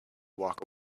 walk